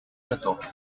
quatorze